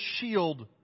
shield